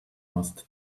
must